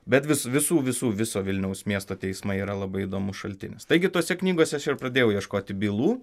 bet vis visų visų viso vilniaus miesto teismai yra labai įdomus šaltinis taigi tose knygose aš ir pradėjau ieškoti bylų